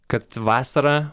kad vasarą